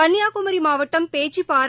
கள்னியாகுமரி மாவட்டம் பேச்சிப்பாறை